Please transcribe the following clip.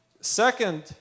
Second